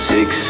Six